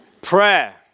Prayer